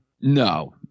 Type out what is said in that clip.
no